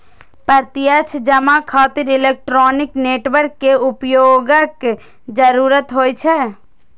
प्रत्यक्ष जमा खातिर इलेक्ट्रॉनिक नेटवर्क के उपयोगक जरूरत होइ छै